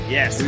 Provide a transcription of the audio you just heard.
Yes